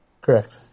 Correct